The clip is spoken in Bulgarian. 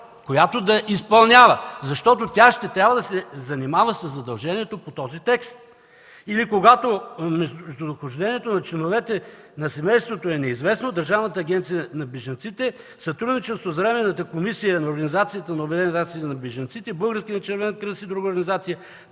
която да изпълнява, защото тя ще трябва да се занимава със задължението по този текст. Или: „Когато местонахождението на членовете на семейството е неизвестно, Държавната агенция за бежанците в сътрудничество с Върховния комисар на Организацията на обединените нации за бежанците, Българския червен кръст и други организации